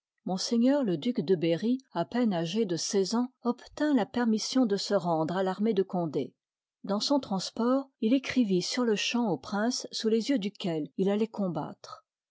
m le duc de berry à peine âgé de seize ans obtint la permission de se rendre à l'armée de condé dans son transport il écrivit sur-le-champ au prince sous les yeux duquel ham il alloit combattre